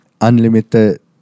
unlimited